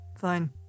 Fine